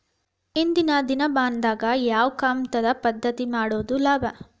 ಇಂದಿನ ದಿನಮಾನದಾಗ ಯಾವ ಕಮತದ ಪದ್ಧತಿ ಮಾಡುದ ಲಾಭ?